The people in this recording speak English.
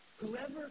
Whoever